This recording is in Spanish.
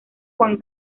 juan